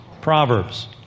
Proverbs